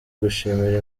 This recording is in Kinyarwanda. gushimira